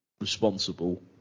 responsible